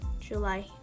July